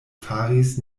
faris